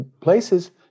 places